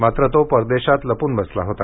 मात्र तो परदेशात लपून बसला होता